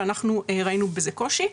ואנחנו ראינו בזה קושי.